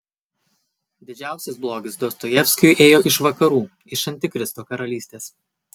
didžiausias blogis dostojevskiui ėjo iš vakarų iš antikristo karalystės